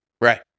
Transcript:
Right